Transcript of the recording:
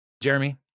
Jeremy